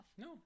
no